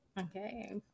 okay